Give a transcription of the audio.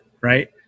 Right